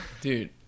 dude